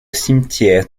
cimetière